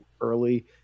early